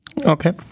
Okay